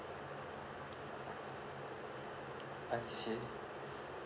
I see